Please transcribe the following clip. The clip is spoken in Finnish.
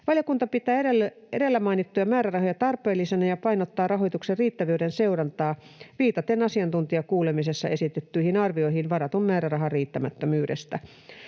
Valiokunta pitää edellä mainittuja määrärahoja tarpeellisina ja painottaa rahoituksen riittävyyden seurantaa viitaten asiantuntijakuulemisessa esitettyihin arvioihin varatun määrärahan riittämättömyydestä.